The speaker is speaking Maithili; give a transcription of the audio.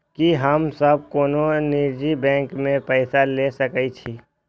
की हम सब कोनो निजी बैंक से पैसा ले सके छी?